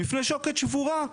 בפני שוקת שבורה.